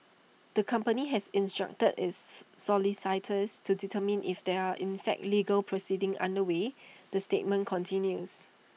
the company has instructed its solicitors to determine if there are in fact legal proceedings underway the statement continues